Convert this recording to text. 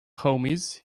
homies